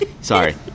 sorry